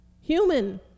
Human